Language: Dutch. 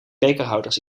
bekerhouders